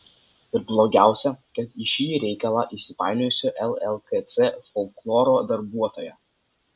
ir blogiausia kad į šį reikalą įsipainiojusi llkc folkloro darbuotoja